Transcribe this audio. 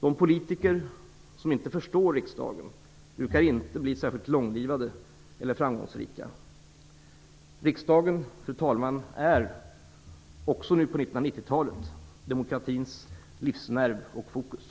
De politiker som inte förstår riksdagen brukar inte bli särskilt långlivade eller framgångsrika. Fru talman! Riksdagen är också nu på 1990-talet demokratins livsnerv och fokus.